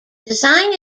design